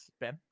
Ben